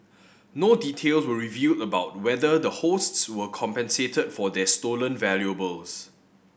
no details were reveal about whether the hosts were compensated for this stolen valuables